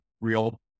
real